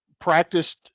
practiced